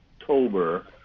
October